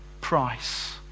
price